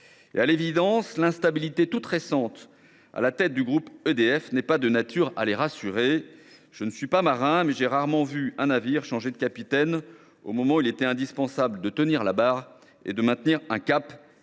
À l’évidence, l’instabilité récente dont souffre la tête du groupe EDF n’est pas de nature à les rassurer ; je ne suis pas marin, mais j’ai rarement vu un navire changer de capitaine au moment où il était indispensable de tenir la barre et de maintenir un cap.